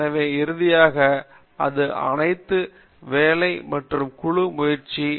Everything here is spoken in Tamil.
எனவே இறுதியாக அது அனைத்து கடின வேலை மற்றும் குழு முயற்சி நல்ல அடித்தளம்